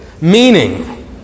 Meaning